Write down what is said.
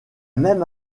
même